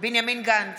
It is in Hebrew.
בנימין גנץ,